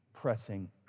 Pressing